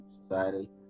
society